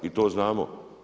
I to znamo.